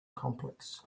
complex